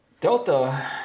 Delta